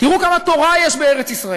תראו כמה תורה יש בארץ-ישראל,